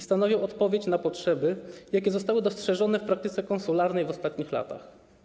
Stanowią one odpowiedź na potrzeby, jakie zostały dostrzeżone w praktyce konsularnej w ostatnich latach.